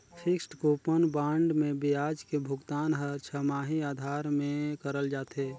fixed coupon bond मे बियाज के भुगतान हर छमाही आधार में करल जाथे